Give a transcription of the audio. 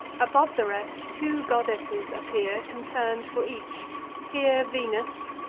above the rest, two goddesses appear concern'd for each here venus,